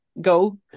go